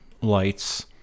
lights